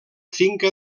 finca